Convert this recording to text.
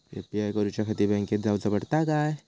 UPI करूच्याखाती बँकेत जाऊचा पडता काय?